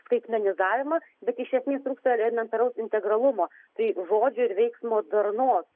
skaitmenizavimą bet iš esmės trūksta elementaraus integralumo tai žodžių ir veiksmo darnos